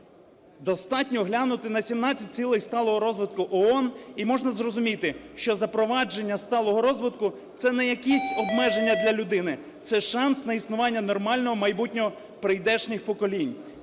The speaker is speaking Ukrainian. Достатньо глянути на 17 цілих сталого розвитку ООН, і можна зрозуміти, що запровадження сталого розвитку – це не якісь обмеження для людини, це шанс на існування нормального майбутнього прийдешніх поколінь.